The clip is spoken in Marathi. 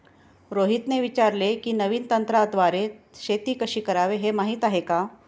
रोहितने विचारले की, नवीन तंत्राद्वारे शेती कशी करावी, हे माहीत आहे का?